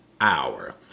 hour